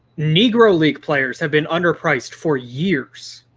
negro league players have been under priced for years.